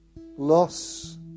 loss